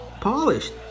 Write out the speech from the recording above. Polished